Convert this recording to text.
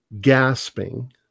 gasping